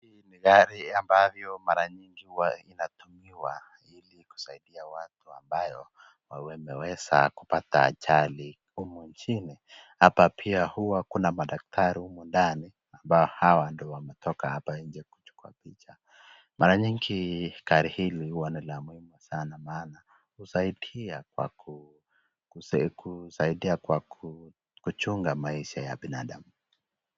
Hii ni gari ambayo mara nyingi hua inatumiwa ili kusaidia watu ambayo wameweza kupata ajali humu nchini. Hapa pia huwa kuna madaktari humu ndani ambayo hawa ndio wametoka hapa nje kuchukua picha. Mara nyingi gari hili huwa ni la muhimu sanaa maana husaidia kwa kuchunga maisha ya binadamu.